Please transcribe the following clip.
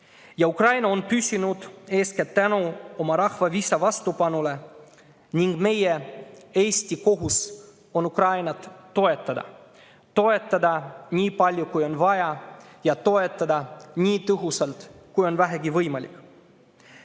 Ukraina on püsinud eeskätt tänu oma rahva visale vastupanule ning meie, Eesti kohus on Ukrainat toetada – toetada nii palju, kui on vaja, ja toetada nii tõhusalt, kui on vähegi võimalik.